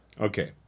Okay